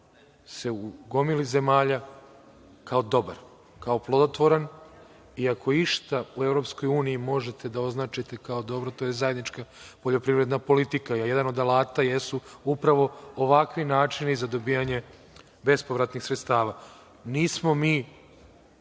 u gomili zemalja kao dobar, kao plodotvoran i ako je išta u EU možete da označite kao dobro, to je zajednička poljoprivredna politika. Jedan o alata jesu upravo ovakvi načini za dobijanje bespovratnih sredstava. Nismo mi